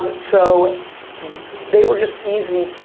um but so they were just easy,